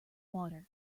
water